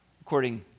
according